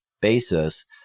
Basis